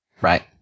Right